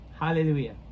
Hallelujah